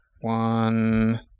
One